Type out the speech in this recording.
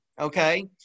okay